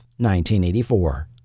1984